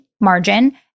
margin